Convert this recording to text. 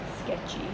sketchy